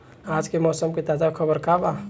आज के मौसम के ताजा खबर का बा?